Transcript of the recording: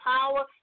power